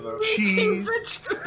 cheese